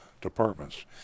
departments